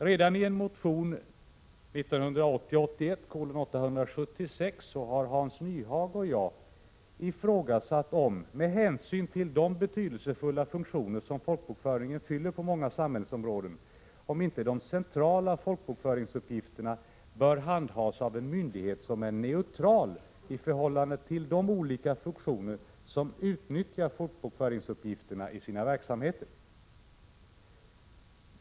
Redan i motion 1980/81:876 har Hans Nyhage och jag ifrågasatt — med hänsyn till de betydelsefulla funktioner som folkbokföringen fyller inom många samhällsområden — om inte de centrala folkbokföringsuppgifterna bör handhas av en myndighet som är neutral i förhållande till de olika funktioner som utnyttjar folkbokföringsuppgifterna i sin verksamhet.